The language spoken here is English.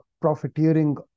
profiteering